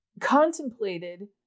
contemplated